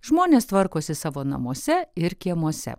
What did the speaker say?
žmonės tvarkosi savo namuose ir kiemuose